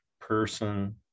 Person